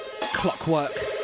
Clockwork